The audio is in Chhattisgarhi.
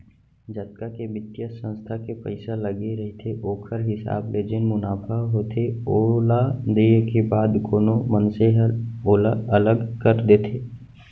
जतका के बित्तीय संस्था के पइसा लगे रहिथे ओखर हिसाब ले जेन मुनाफा होथे ओला देय के बाद कोनो मनसे ह ओला अलग कर देथे